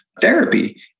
therapy